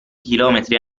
chilometri